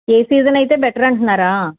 ఏ season అయితే better అంటున్నారా